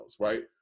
right